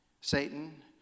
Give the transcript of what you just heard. Satan